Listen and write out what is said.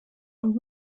und